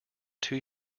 too